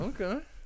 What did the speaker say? Okay